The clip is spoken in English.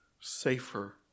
safer